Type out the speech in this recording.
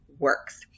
works